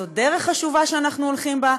זו דרך חשובה שאנחנו הולכים בה.